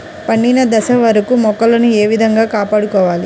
పండిన దశ వరకు మొక్కలను ఏ విధంగా కాపాడుకోవాలి?